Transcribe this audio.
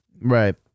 Right